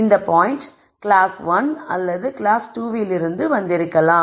இந்த point class 1 அல்லது class 2 விலிருந்து வந்திருக்கலாம்